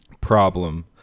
problem